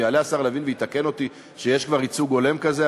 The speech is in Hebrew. אם יעלה השר לוין ויתקן אותי שיש כבר ייצוג הולם כזה,